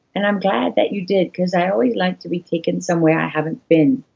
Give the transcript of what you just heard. and i'm glad that you did, because i always like to be taken somewhere i haven't been.